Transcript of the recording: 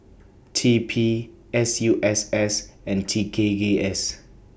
T P S U S S and T K Gay S